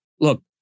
look